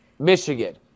Michigan